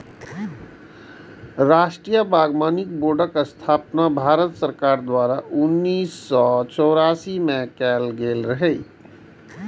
राष्ट्रीय बागबानी बोर्डक स्थापना भारत सरकार द्वारा उन्नैस सय चौरासी मे कैल गेल रहै